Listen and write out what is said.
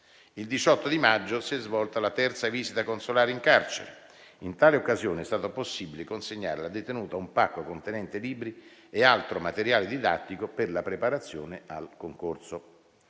Il 18 maggio si è svolta la terza visita consolare in carcere. In tale occasione, è stato possibile consegnare alla detenuta un pacco contenente libri e altro materiale didattico per la preparazione al concorso.